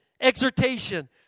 exhortation